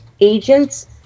agents